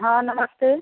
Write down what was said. हाँ नमस्ते